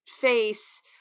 face